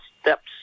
steps